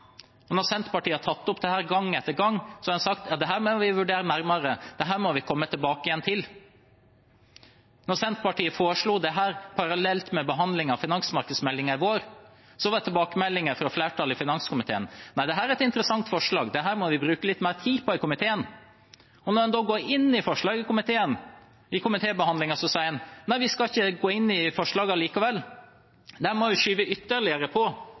Når Senterpartiet har tatt opp dette, gang etter gang, har en sagt at dette må vi vurdere nærmere, dette må vi komme tilbake til. Da Senterpartiet foreslo dette parallelt med behandling av finansmarkedsmeldingen i vår, var tilbakemeldingen fra flertallet i finanskomiteen at dette er et interessant forslag, dette må vi bruke litt mer tid på i komiteen. Og når man da går inn i forslaget i komitébehandlingen, sier en at nei, vi skal ikke gå inn i forslaget likevel, dette må vi skyve ytterligere